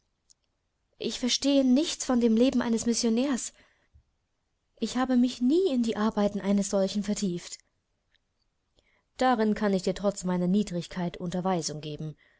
ich verstehe nichts von dem leben eines missionärs ich habe mich nie in die arbeiten eines solchen vertieft darin kann ich dir trotz meiner niedrigkeit unterweisung geben